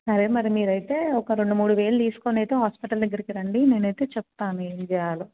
సరే మరి మీరైతే ఒక రెండు మూడు వేలు తీసుకొని అయితే హాస్పటల్ దగ్గరికి రండి నేనైతే చెప్తాను ఏం చెయ్యాలో